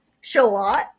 Shallot